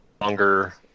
longer